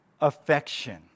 affection